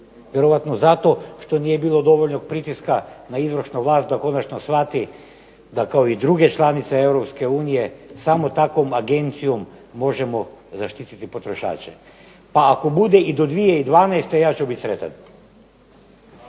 Vjerojatno zato što nije bilo dovoljnog pritiska na izvršnu vlast da konačno shvati da kao i druge članice Europske unije samo takvom agencijom možemo zaštiti potrošače. Pa ako bude i do 2012. ja ću biti sretan.